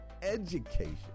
education